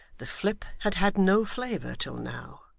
the flip had had no flavour till now.